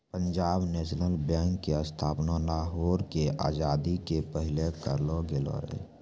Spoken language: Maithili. पंजाब नेशनल बैंक के स्थापना लाहौर मे आजादी के पहिले करलो गेलो रहै